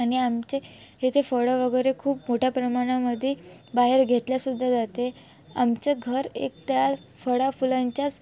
आणि आमचे इथे फळं वगैरे खूप मोठ्या प्रमाणामध्ये बाहेर घेतले सुद्धा जाते आमचं घर एक त्या फळा फुलांच्याच